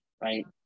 right